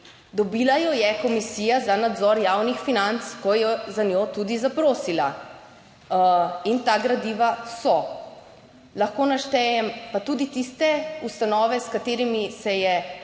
dobila jo je Komisija za nadzor javnih financ, ko je za njo tudi zaprosila. In ta gradiva so. Lahko naštejem pa tudi tiste ustanove s katerimi se je